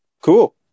Cool